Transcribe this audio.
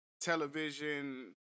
television